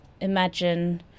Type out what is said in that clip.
Imagine